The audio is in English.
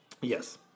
Yes